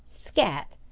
scat!